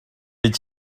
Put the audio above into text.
est